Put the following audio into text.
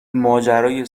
ماجرای